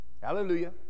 Hallelujah